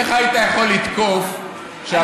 איך היית יכול לתקוף, אני מוכן לחתום.